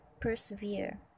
persevere